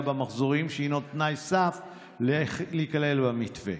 במחזורים שהינו תנאי סף להיכלל במתווה.